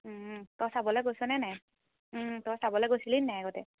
তই চাবলৈ গৈছনে নাই তই চাবলৈ গৈছিলি নাই আগতে